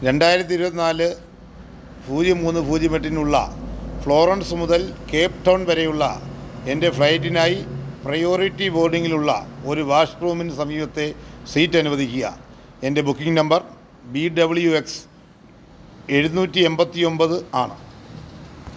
രണ്ടായിരത്തി ഇരുപത്തി നാല് പൂജ്യം മൂന്ന് പൂജ്യം എട്ടിനുള്ള ഫ്ലോറൻസ് മുതൽ കേപ് ടൗൺ വരെയുള്ള എൻ്റെ ഫ്ലൈറ്റിനായി പ്രയോരിറ്റി ബോഡിങ്ങിനുള്ള ഒരു വാഷ് റൂമിന് സമീപത്തെ സീറ്റ് അനുവദിക്കുക എൻ്റെ booking number V W X എഴുന്നൂറ്റി എൺപത്തി ഒൻപത് ആണ്